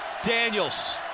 Daniels